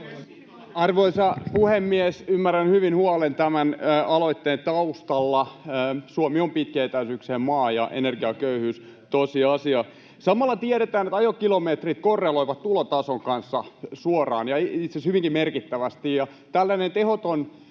Arvoisa puhemies! Ymmärrän hyvin huolen tämän aloitteen taustalla: Suomi on pitkien etäisyyksien maa, ja energiaköyhyys on tosiasia. Samalla tiedetään, että ajokilometrit korreloivat tulotason kanssa suoraan, ja itse asiassa hyvinkin merkittävästi,